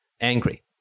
angry